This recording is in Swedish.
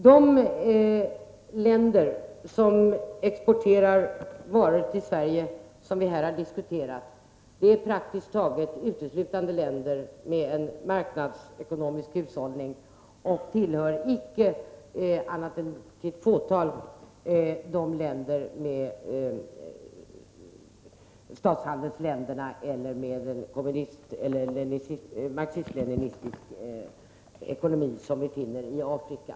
De länder som vi här har diskuterat och som exporterar varor till Sverige är praktiskt taget uteslutande länder med en marknadsekonomisk hushållning. Bara i ett fåtal fall är det fråga om statshandelsländer eller länder med marxistisk-leninistisk ekonomi, som i Afrika.